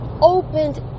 Opened